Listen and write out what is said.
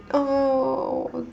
!aww!